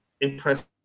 impressed